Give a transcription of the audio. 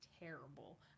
terrible